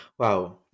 Wow